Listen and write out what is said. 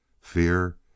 Fear